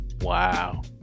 Wow